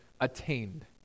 attained